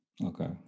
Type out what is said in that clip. Okay